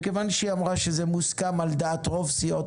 מכיוון שהיא אמרה שזה מוסכם על רוב סיעות